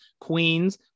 Queens